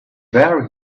where